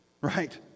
right